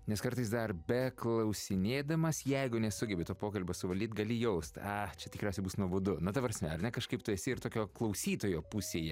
nes kartais dar beklausinėdamas jeigu nesugebi to pokalbio suvaldyt gali jaust a čia tikriausiai bus nuobodu nu ta prasme ar ne kažkaip tu esi ir tokio klausytojo pusėje